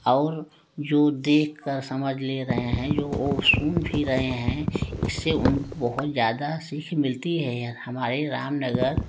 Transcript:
और जो देखकर समझ लें रहे हैं वो सुन भी रहे हैं इससे उन बहुत ज़्यादा सीख मिलती है और हमारे रामनगर